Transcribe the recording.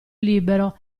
libero